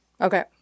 Okay